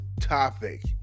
topic